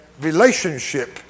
relationship